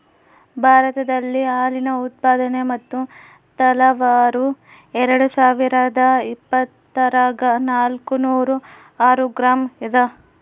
ಭಾರತದಲ್ಲಿ ಹಾಲಿನ ಉತ್ಪಾದನೆ ಮತ್ತು ತಲಾವಾರು ಎರೆಡುಸಾವಿರಾದ ಇಪ್ಪತ್ತರಾಗ ನಾಲ್ಕುನೂರ ಆರು ಗ್ರಾಂ ಇದ